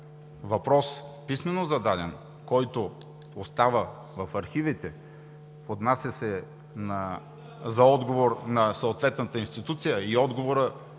въпрос, писмено зададен, който остава в архивите, изпраща се за отговор на съответната институция и отговорът